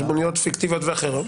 חשבוניות פיקטיביות ואחרות,